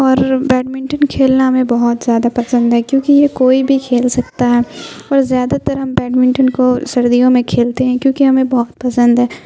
اور بیڈمنٹن کھیلنا ہمیں بہت زیادہ پسند ہے کیونکہ یہ کوئی بھی کھیل سکتا ہے اور زیادہ تر ہم بیڈمنٹن کو سردیوں میں کھیلتے ہیں کیونکہ ہمیں بہت پسند ہے